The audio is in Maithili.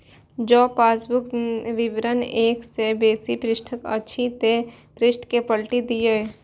जौं पासबुक विवरण एक सं बेसी पृष्ठक अछि, ते पृष्ठ कें पलटि दियौ